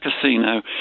Casino